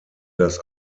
das